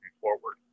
forward